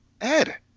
Ed